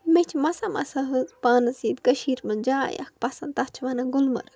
مےٚ چھِ مَسا مَسا ہٕنٛزۍ پانس ییٚتہِ کٔشیٖر منٛز جاے اَکھ پسند تِتھ چھِ وَنان گُلمرگ